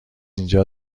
اینجا